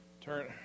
turn